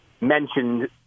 mentioned